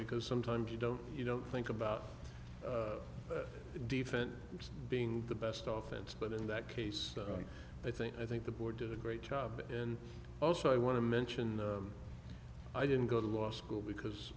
because sometimes you don't you know think about different being the best office but in that case i think i think the board did a great job and also i want to mention i didn't go to law school because